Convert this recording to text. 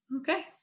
Okay